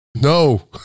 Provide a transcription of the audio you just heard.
No